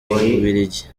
bubiligi